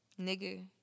Nigga